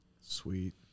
sweet